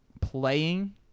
playing